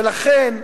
ולכן,